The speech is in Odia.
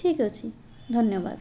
ଠିକ୍ଅଛି ଧନ୍ୟବାଦ